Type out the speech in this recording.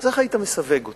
איך היית מסווג אותי?